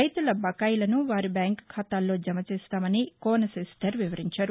రైతుల బకాయిలను వారి బ్యాంక్ ఖాతాల్లో జమ చేస్తామని కోన శశిధర్ వివరించారు